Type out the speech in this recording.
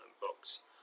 books